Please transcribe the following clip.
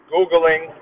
Googling